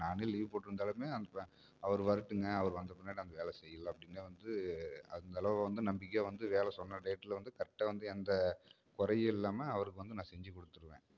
நானே லீவு போட்டு இருந்தாலுமே அனுப்புவேன் அவர் வரட்டுங்க அவர் வந்த பின்னாடி அந்த வேலை செய்யலாம் அப்படினே வந்து அந்த அளவு வந்து நம்பிக்கையாக வந்து வேலை சொன்ன டேட்டில் வந்து கரெக்டாக வந்து எந்த குறையும் இல்லாமல் அவருக்கு வந்து நான் செஞ்சுக் கொடுத்துருவேன்